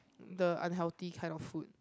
the unhealthy kind of food